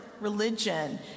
religion